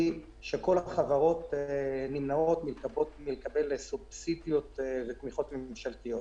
שכל החברות נמנעות מלקבל סובסידיות ותמיכות ממשלתיות.